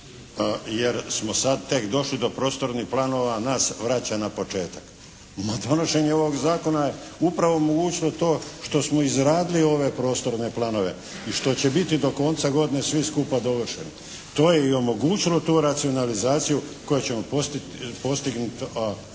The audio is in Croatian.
jer smo sad tek došli do prostornih planova nas vraća na početak. Ma donošenje ovog zakona je upravo omogućilo to što smo izradili ove prostorne planove i što će biti do konca godine svi skupa dovršeni. To je i omogućilo tu racionalizaciju koju ćemo postignuti